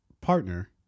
partner